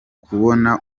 kubona